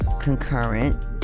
concurrent